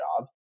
job